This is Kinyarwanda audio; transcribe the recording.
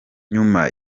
nyuma